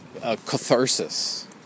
catharsis